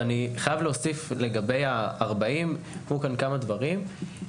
אני חייב להוסיף לגבי ה-40 כמה דברים.